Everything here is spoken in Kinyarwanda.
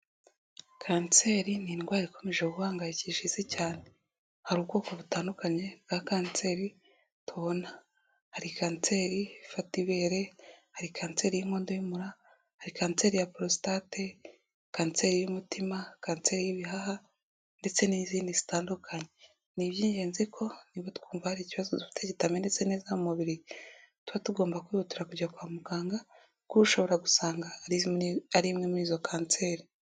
Kanseri ni indwara ikomeje guhangayikisha isi cyane hari ubwoko butandukanye bwa kanseri tubona, hari kanseri ifata ibere, hari kanseri y'inkondo y'umura, hari kanseri ya porositate, kanseri y'umutima, kanseri y'ibihaha ndetse n'izindi zitandukanye, ni iby'ingenzi ko niba twumva hari ikibazo dufite kitamenetse neza mu mubiri, tuba tugomba kwihutira kujya kwa muganga kuko ushobora gusanga ari imwe muri izo kanseri.